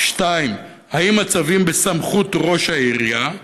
2. האם הצווים בסמכות ראש העירייה?